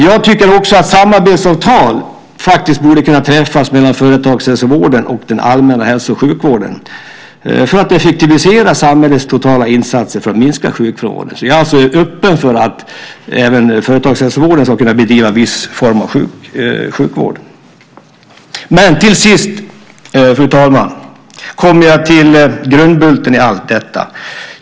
Jag tycker också att samarbetsavtal faktiskt borde kunna träffas mellan företagshälsovården och den allmänna hälso och sjukvården för att effektivisera samhällets totala insatser för att minska sjukfrånvaron. Jag är alltså öppen för att även företagshälsovården ska kunna bedriva viss form av sjukvård. Till sist, fru talman, kommer jag till grundbulten i allt detta.